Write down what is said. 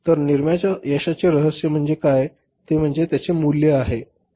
तर निरम्याच्या यशाचे रहस्य म्हणजे काय ते म्हणजे त्याचे मूल्य आहे